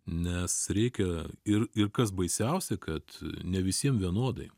nes reikia ir ir kas baisiausia kad ne visiem vienodai